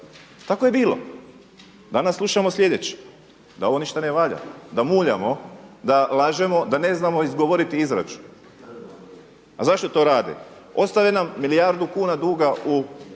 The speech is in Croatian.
tako je bilo. Danas slušamo sljedeće, da ovo ništa ne valja, da muljamo, da lažemo, da ne znamo izgovoriti izračun. A zašto to rade? Ostave nam milijardu kuna duga u